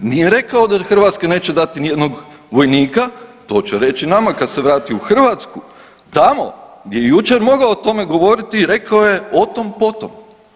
Nije rekao da Hrvatska neće dati nijednog vojnika, to će reći nama kad se vrati u Hrvatsku, tamo gdje je jučer mogao o tome govoriti rekao je o tom po tom.